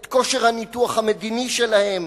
את כושר הניתוח המדיני שלהם,